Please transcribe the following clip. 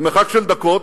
במרחק של דקות,